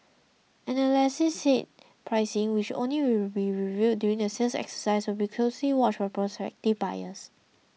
analysts said pricing which only will be revealed during the sales exercise will be closely watched by prospective buyers